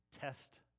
test